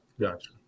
Gotcha